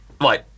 Right